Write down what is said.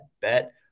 Bet